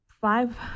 five